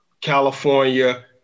California